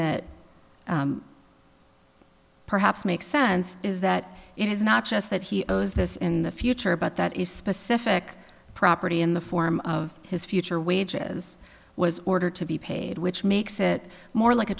that perhaps makes sense is that it is not just that he owes this in the future but that is specific property in the form of his future wages was ordered to be paid which makes it more like a